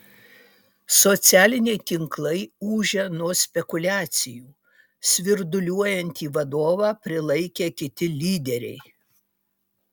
socialiniai tinklai ūžia nuo spekuliacijų svirduliuojantį vadovą prilaikė kiti lyderiai